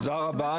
תודה רבה.